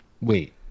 Wait